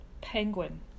penguin